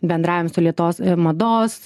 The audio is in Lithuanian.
bendraujam su lėtos mados